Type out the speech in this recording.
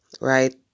right